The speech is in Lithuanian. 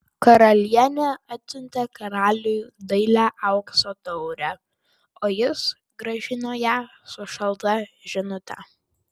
karalienė atsiuntė karaliui dailią aukso taurę o jis grąžino ją su šalta žinute